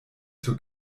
zur